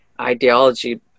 ideology